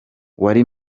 wari